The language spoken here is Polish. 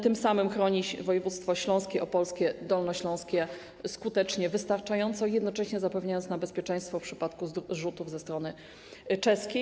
Tym samym chroni województwa śląskie, opolskie, dolnośląskie skutecznie, wystarczająco, jednocześnie zapewniając nam bezpieczeństwo w przypadku zrzutów ze strony czeskiej.